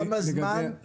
השווי.